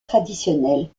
traditionnelles